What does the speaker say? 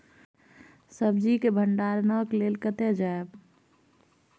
सब्जी के भंडारणक लेल कतय जायब?